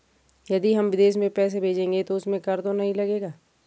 यदि हम विदेश में पैसे भेजेंगे तो उसमें कर तो नहीं लगेगा?